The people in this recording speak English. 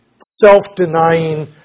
self-denying